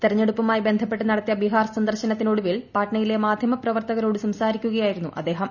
തെരഞ്ഞെടുപ്പുമായി ബന്ധപ്പെട്ട് നടത്തിയ ബീഹാർ സന്ദർശനത്തിനൊടുവിൽ പാട്നയിൽ മാധ്യമ പ്രവർത്തകരോട് സംസാരിക്കുകയായിരുന്നു അദ്ദേഹം